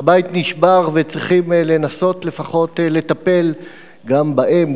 שהבית נשבר וצריכים לנסות לפחות לטפל גם באם,